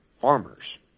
Farmers